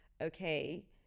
okay